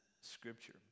scripture